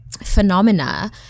phenomena